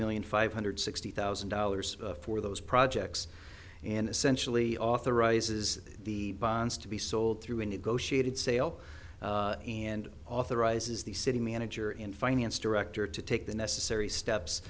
million five hundred sixty thousand dollars for those projects and essentially authorizes the bonds to be sold through a negotiated sale and authorizes the city manager in finance director to take the necessary steps